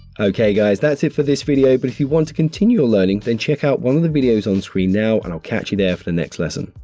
okay guys, that's it for this video but if you want to continue your learning then check out one of the videos on screen now and i'll catch you there for the next lesson.